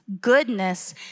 goodness